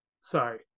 Sorry